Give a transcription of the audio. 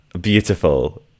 Beautiful